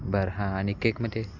बरं हां आणि केकमध्ये